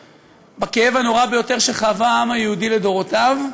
בכאב הנורא ביותר שחווה העם היהודי לדורותיו.